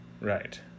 Right